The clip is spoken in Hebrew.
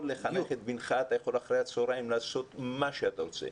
אתה יכול לחנך את בנך ואחר הצוהריים אתה יכול לעשות מה שאתה רוצה.